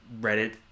reddit